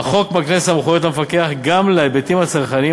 החוק מקנה סמכויות למפקח גם להיבטים הצרכניים